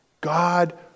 God